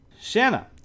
Shanna